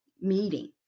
meeting